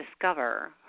discover